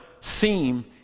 seem